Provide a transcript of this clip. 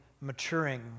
maturing